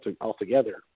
altogether